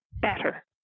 better